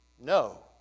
No